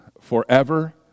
forever